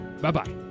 Bye-bye